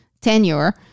tenure